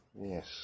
Yes